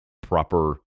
proper